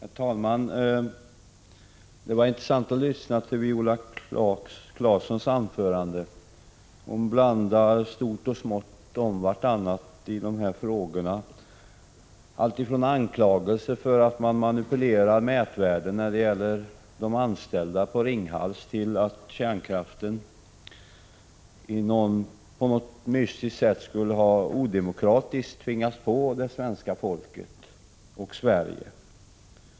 Herr talman! Det var intressant att lyssna till Viola Claessons anförande. Hon blandar stort och smått om vartannat i dessa frågor, alltifrån anklagelser om att man manipulerar mätvärden när det gäller de anställda på Ringhals till att kärnkraften på något mystiskt sätt skulle ha odemokratiskt tvingats på Sverige och det svenska folket.